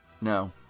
No